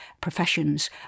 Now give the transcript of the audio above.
professions